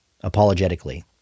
apologetically